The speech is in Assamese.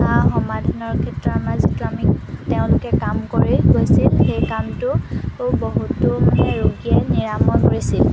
সমাধানৰ ক্ষেত্ৰত আমাৰ যিটো আমি তেওঁলোকে কাম কৰি গৈছিল সেই কামটো বহুতো মানে ৰোগীয়ে নিৰাময় কৰিছিল